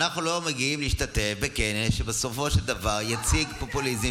אנחנו לא מגיעים להשתתף בכנס שבסופו של דבר יציג פופוליזם